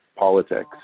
politics